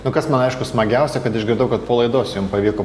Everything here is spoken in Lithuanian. nu kas man aišku smagiausia kad išgirdau kad po laidos jum pavyko